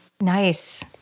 Nice